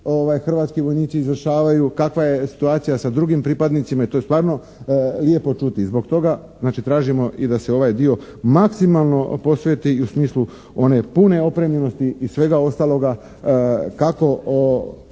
hrvatski vojnici izvršavaju, kakva je situacija sa drugim pripadnicima to je stvarno lijepo čuti. I zbog toga znači tražimo i da se ovaj dio maksimalno posveti u smislu one pune opremljenosti i svega ostaloga kako